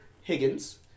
Higgins